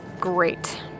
Great